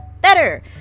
better